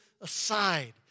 aside